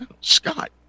Scott